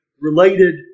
related